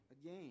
again